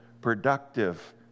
productive